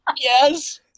Yes